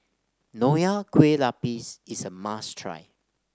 Nonya Kueh Lapis is a must try